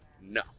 no